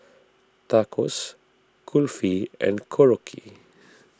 Tacos Kulfi and Korokke